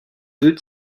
deux